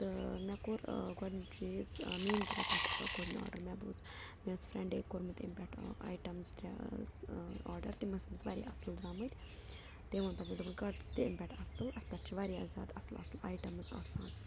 تہٕ مےٚ کور گۄڈٕنیُک چیٖز منتر پٮ۪ٹھ کوٚر مےٚ آرڈر مےٚ بوز مےٚ اوس فرینٛڈ ٲکہِ کوٚرُمت امہٕ پٮ۪ٹھ آیٹم زِ ترٛےٚ آرڈر تِم أس أمِس واریاہ اَصٕل درٛامٕتۍ تٔمۍ وون پتہٕ مےٚ کر ژٕ تہِ اَمہِ پٮ۪ٹھ اَصٕل اَتھ پٮ۪ٹھ چھِ واریاہ زیادٕ اَصٕل اَصٕل آیٹمزٕ آسان